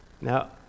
Now